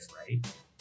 right